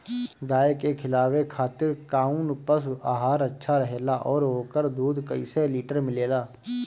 गाय के खिलावे खातिर काउन पशु आहार अच्छा रहेला और ओकर दुध कइसे लीटर मिलेला?